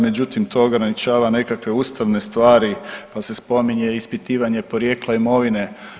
Međutim, to ograničava nekakve ustavne stvari, pa se spominje i ispitivanje porijekla imovine.